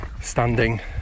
standing